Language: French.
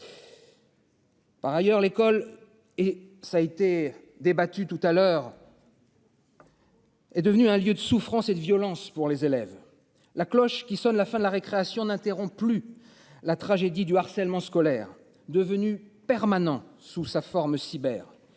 Par ailleurs, l'école et ça a été débattu tout à l'heure. Est devenue un lieu de souffrance et de violences pour les élèves. La cloche qui sonne la fin de la récréation n'interrompt plus la tragédie du harcèlement scolaire devenu permanent sous sa forme cyber